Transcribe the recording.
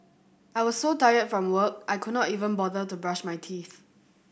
I was so tired from work I could not even bother to brush my teeth